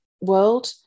world